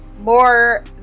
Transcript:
more